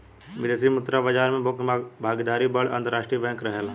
विदेशी मुद्रा बाजार में मुख्य भागीदार बड़ अंतरराष्ट्रीय बैंक रहेला